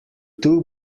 two